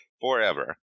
forever